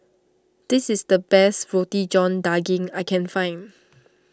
this is the best Roti John Daging that I can find